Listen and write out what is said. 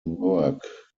work